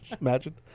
Imagine